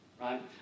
Right